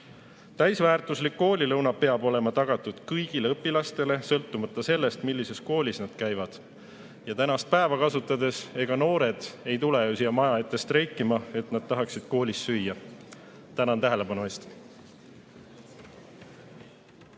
Täisväärtuslik koolilõuna peab olema tagatud kõigile õpilastele, sõltumata sellest, millises koolis nad käivad. Ja tänast päeva kasutades: ega noored ei tule ju siia maja ette streikima, et nad tahaksid koolis süüa. Tänan tähelepanu